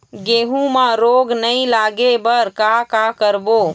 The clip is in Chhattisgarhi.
गेहूं म रोग नई लागे बर का का करबो?